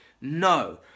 no